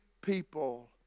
people